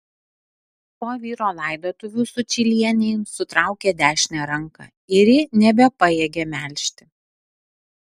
po vyro laidotuvių sučylienei sutraukė dešinę ranką ir ji nebepajėgė melžti